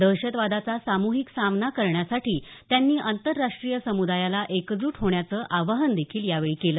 दहशतवादाचा साम्हिक सामना करण्यासाठी त्यांनी आंतरराष्ट्रीय समुदायाला एकजुट होण्याचं आवाहन देखील यावेळी केलं